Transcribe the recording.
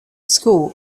school